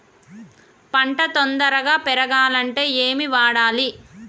పంట తొందరగా పెరగాలంటే ఏమి వాడాలి?